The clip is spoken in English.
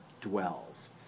dwells